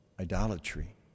idolatry